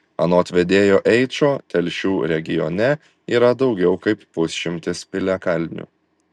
anot vedėjo eičo telšių regione yra daugiau kaip pusšimtis piliakalnių